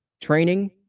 training